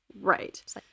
Right